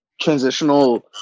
transitional